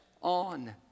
on